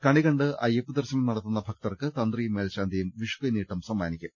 കണി കണ്ട് അയ്യപ്പദർശനം നടത്തുന്ന ഭക്തർക്ക് തന്ത്രിയും മേൽശാന്തിയും വിഷുക്കൈ നീട്ടം സമ്മാനിക്കും